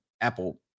Apple